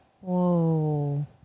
Whoa